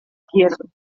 izquierdo